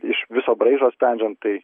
iš viso braižo sprendžiant tai